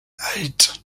eight